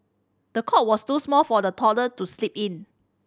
the cot was too small for the toddler to sleep in